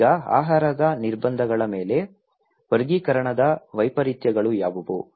ಈಗ ಆಹಾರದ ನಿರ್ಬಂಧಗಳ ಮೇಲೆ ವರ್ಗೀಕರಣದ ವೈಪರೀತ್ಯಗಳು ಯಾವುವು